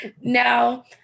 Now